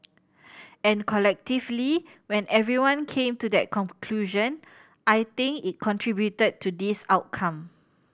and collectively when everyone came to that conclusion I think it contributed to this outcome